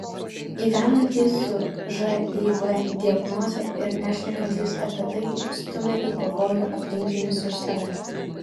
gyvenantys su živ diagnoze ir nešnekantys apie tai stumia į pavojų aplinkinius ir save